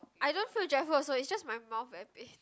I don't feel jackfruit also it just my mouth very pain